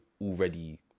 already